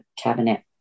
cabinet